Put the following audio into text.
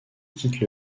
quitte